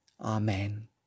Amen